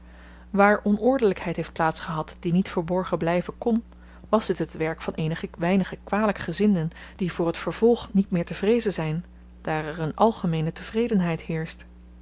waar onordelykheid heeft plaats gehad die niet verborgen blyven kon was dit het werk van eenige weinige kwalykgezinden die voor t vervolg niet meer te vreezen zyn daar er een algemeene tevredenheid heerscht